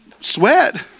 sweat